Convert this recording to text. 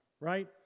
right